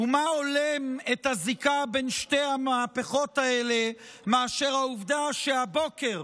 ומה הולם את הזיקה בין שתי המהפכות האלה מאשר העובדה שהבוקר,